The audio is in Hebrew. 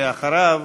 אחריו,